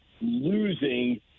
losing